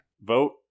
vote